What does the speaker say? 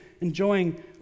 enjoying